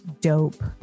dope